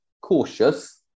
cautious